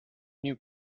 new